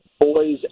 boys